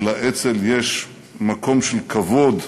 ולאצ"ל יש מקום של כבוד,